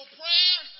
prayer